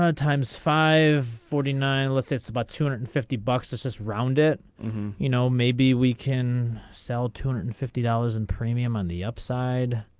times five forty nine let's it's about two hundred and fifty bucks this is round it you know maybe we can sell two hundred and fifty dollars in premium on the upside.